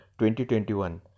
2021